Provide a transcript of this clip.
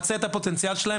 למצות את הפוטנציאל שלהם.